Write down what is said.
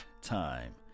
time